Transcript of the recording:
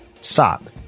Stop